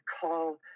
call